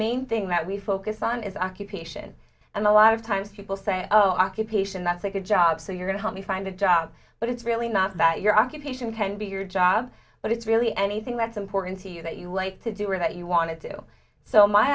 main thing that we focus on is occupation and a lot of times people say oh i get patients that's like a job so you're going to help me find a job but it's really not that your occupation tenby your job but it's really anything that's important to you that you like to do or that you wanted to do so my